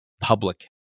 public